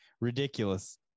ridiculous